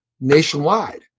nationwide